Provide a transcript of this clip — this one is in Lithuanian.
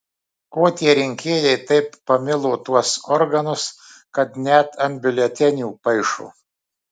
ko tie rinkėjai taip pamilo tuos organus kad net ant biuletenių paišo